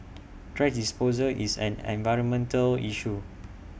thrash disposal is an environmental issue